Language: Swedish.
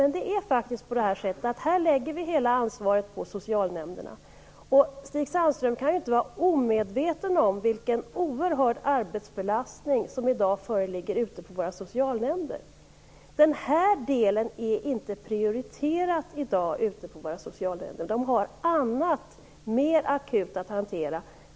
Men här läggs faktiskt hela ansvaret på socialnämnderna, och Stig Sandström kan ju inte vara omedveten om vilken oerhörd arbetsbelastning som i dag föreligger där. Den här delen är inte prioriterad i dag. Socialnämnderna har annat, mer akut, att hantera.